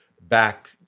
back